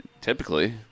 typically